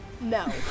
no